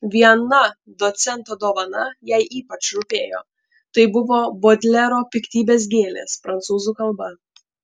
viena docento dovana jai ypač rūpėjo tai buvo bodlero piktybės gėlės prancūzų kalba